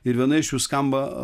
ir viena iš jų skamba